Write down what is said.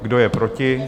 Kdo je proti?